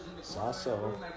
Sasso